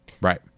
right